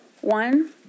One